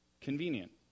convenient